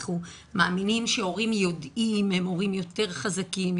אנחנו מאמינים שהורים יודעים הם הורים יותר חזקים,